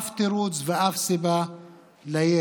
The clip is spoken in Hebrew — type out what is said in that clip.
אף תירוץ ואף סיבה לירי,